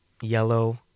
Yellow